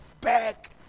back